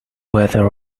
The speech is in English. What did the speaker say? weather